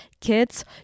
kids